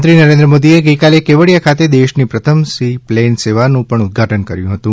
પ્રધાનમંત્રી નરેન્દ્ર મોદીએ ગઇકાલે કેવડીયા ખાતે દેશની પ્રથમ સી પ્લેન સેવાનું ઉદ્દઘાટન કર્યું હતું